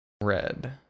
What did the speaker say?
Red